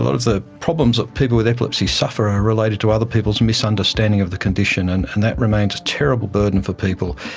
of the problems that people with epilepsy suffer are related to other people's and misunderstanding of the condition, and and that remains a terrible burden for people.